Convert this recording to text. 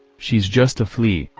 she's just a flea,